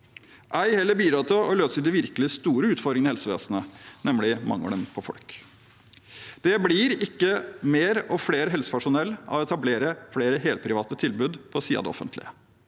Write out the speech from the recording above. Ei heller bidrar det til å løse den virkelig store utfordringen i helsevesenet, nemlig mangelen på folk. Det blir ikke mer helsepersonell av å etablere flere helprivate tilbud på siden av det offentlige.